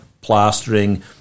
plastering